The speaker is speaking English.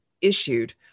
issued